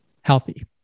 healthy